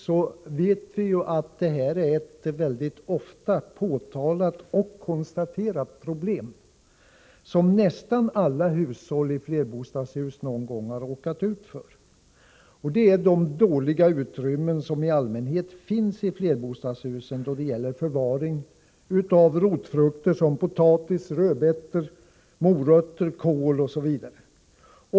Vi vet att det här är ett mycket ofta påtalat och konstaterat problem, som nästan alla hushåll i flerbostadshus någon gång har råkat ut för. I allmänhet är utrymmena i flerbostadshusen för förvaring av rotfrukter såsom potatis, rödbetor, morötter och kål mycket dåliga.